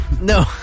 No